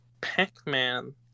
Pac-Man